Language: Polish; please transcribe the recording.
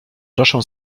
proszę